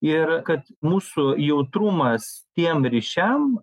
ir kad mūsų jautrumas tiem ryšiam